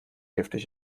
giftig